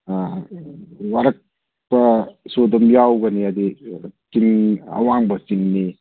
ꯋꯥꯔꯛꯄꯁꯨ ꯑꯗꯨꯝ ꯌꯥꯎꯒꯅꯤ ꯑꯗꯤ ꯆꯤꯡ ꯑꯋꯥꯡꯕ ꯆꯤꯡꯅꯤ